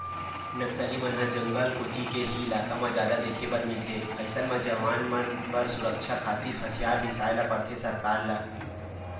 नक्सली मन ह जंगल कोती के ही इलाका म जादा देखे बर मिलथे अइसन म जवान मन बर सुरक्छा खातिर हथियार बिसाय ल परथे सरकार ल